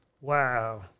Wow